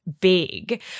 big